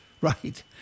Right